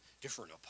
different